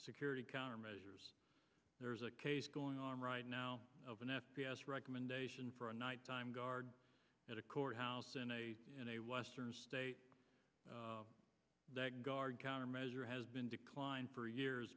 security countermeasures there's a case going on right now of an f p s recommendation for a nighttime guard at a courthouse and in a western state that guard countermeasure has been declined for years